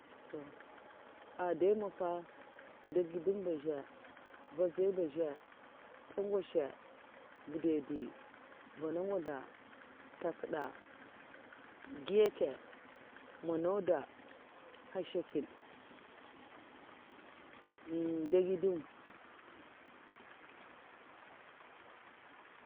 Ntoh en dai mafa dagidem ba zhe. nvaidzai ba zhe, ntegwasha, gidedi, vanagwotha, ntekeda, ngiyeka, manaouda, hashekad, ndagidem.